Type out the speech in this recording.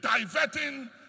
Diverting